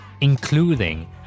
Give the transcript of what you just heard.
including